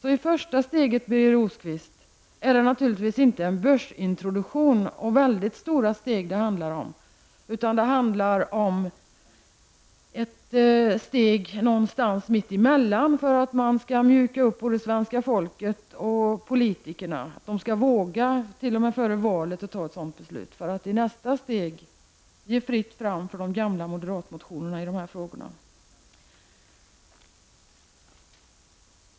I första steget, Birger Rosqvist, är det naturligtvis inte det mycket stora steget till en börsintroduktion som det handlar om, utan det handlar om ett medelstort steg för att mjuka upp både svenska folket och politikerna -- de skall t.o.m. före valet våga fatta ett sådant beslut, för att i nästa steg låta det bli fritt fram för de gamla moderatmotionerna i de här frågorna.